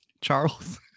Charles